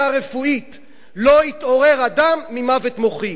הרפואית לא התעורר אדם ממוות מוחי.